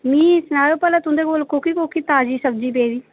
मिगी सनाओ भला तुंदे कोल कोह्की कोह्की ताजी सब्जी पेदी